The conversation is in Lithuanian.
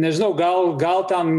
nežinau gal gal tam